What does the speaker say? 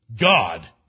God